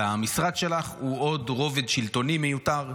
אלא המשרד שלך הוא עוד רובד שלטוני מיותר.